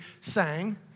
sang